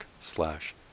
slash